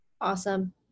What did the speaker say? Awesome